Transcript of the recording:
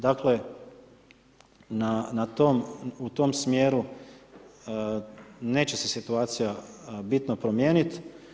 Dakle u tom smjeru neće se situacija bitno promijeniti.